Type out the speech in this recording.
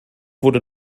wurde